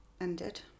ended